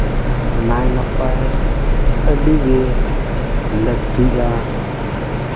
ᱱᱟᱭ ᱱᱟᱯᱟᱭ ᱟᱹᱰᱤᱜᱮ ᱞᱟᱹᱠᱛᱤᱜᱼᱟ